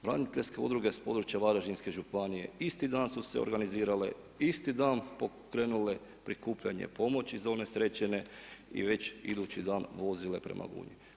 Braniteljske udruge s područja Varaždinske županije, isti dan su se organizirale, isti dan pokrenule prikupljanje pomoći za unesrećene i već idući dan prema Gunji.